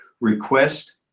request